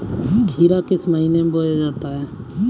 खीरा किस महीने में बोया जाता है?